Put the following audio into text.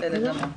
בסדר גמור.